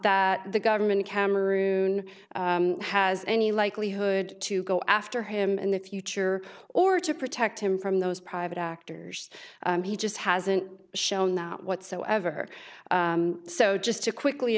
that the government cameroon has any likelihood to go after him in the future or to protect him from those private actors he just hasn't shown that whatsoever so just to quickly